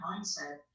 mindset